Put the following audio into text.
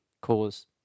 cause